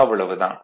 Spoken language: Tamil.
அவ்வளவுதான்